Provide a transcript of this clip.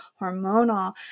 hormonal